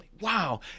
Wow